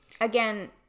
Again